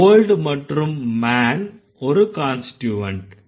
Old மற்றும் man ஒரு constituent